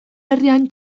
herrian